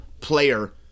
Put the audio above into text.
player